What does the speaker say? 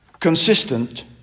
consistent